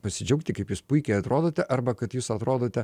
pasidžiaugti kaip jūs puikiai atrodote arba kad jūs atrodote